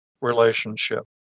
relationship